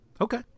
Okay